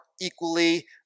equally